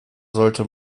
sollte